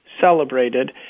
celebrated